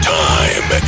time